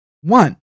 One